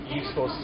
useful